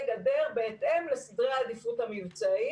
גדר בהתאם לסדרי העדיפות המבצעיים.